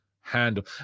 handle